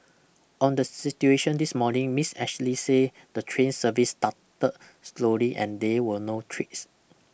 on the situation this morning Ms Ashley say the train service started slowly and they were no trips